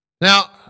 Now